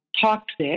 toxic